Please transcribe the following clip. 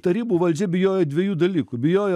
tarybų valdžia bijojo dviejų dalykų bijojo